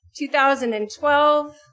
2012